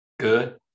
good